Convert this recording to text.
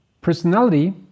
personality